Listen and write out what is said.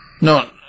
No